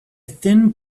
thin